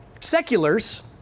seculars